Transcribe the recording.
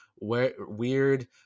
weird